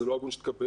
זה לא הגון שתקבל,